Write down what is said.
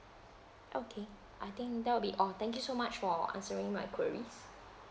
okay I think that will be all thank you so much for answering my queries